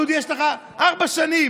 דודי, יש לך ארבע שנים.